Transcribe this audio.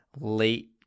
late